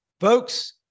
folks